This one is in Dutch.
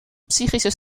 psychische